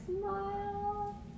Smile